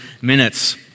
minutes